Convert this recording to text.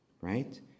right